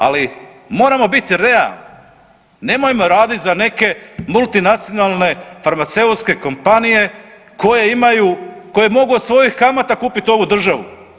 Ali moramo biti realni, nemojmo raditi za neke multinacionalne farmaceutske kompanije koje imaju, koje mogu od svojih kamata kupiti ovu državu.